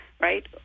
right